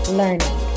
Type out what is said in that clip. learning